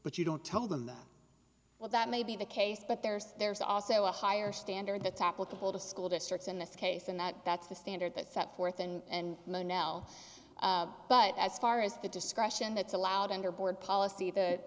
but you don't tell them that well that may be the case but there's there's also a higher standard that's applicable to school districts in this case and that that's the standard that set forth and know now but as far as the discussion that's allowed under board policy that